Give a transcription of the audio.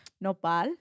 nopal